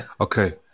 Okay